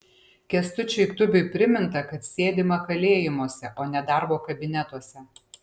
kęstučiui tubiui priminta kad sėdima kalėjimuose o ne darbo kabinetuose